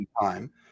time